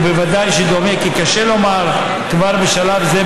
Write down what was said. ובוודאי דומה כי קשה לומר כבר בשלב זה,